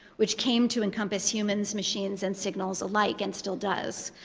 which came to encompass humans, machines, and signals alike and still does.